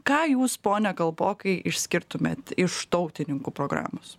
ką jūs pone kalpokai išskirtumėt iš tautininkų programos